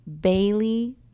Bailey